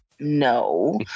No